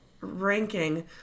ranking